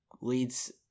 leads